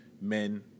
men